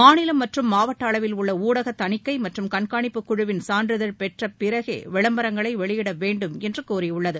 மாநிலம் மற்றும் மாவட்ட அளவில் உள்ள ஊடக தணிக்கை மற்றும் கண்காணிப்பு குழவின் சான்றிதழ் பெற்ற பிறகே விளம்பரங்களை வெளியிட வேண்டும் என்று கூறியுள்ளது